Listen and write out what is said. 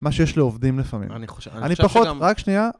מה שיש לעובדים לפעמים, אני פחות, רק שנייה